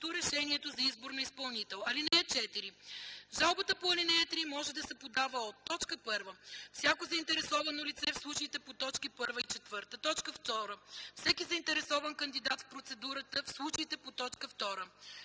решението за избор на изпълнител. (4) Жалба по ал. 3 може да се подава от: 1. всяко заинтересовано лице – в случаите по т. 1 и 4; 2. всеки заинтересован кандидат в процедурата – в случаите по т. 2;